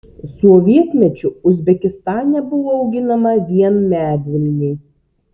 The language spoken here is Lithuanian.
sovietmečiu uzbekistane buvo auginama vien medvilnė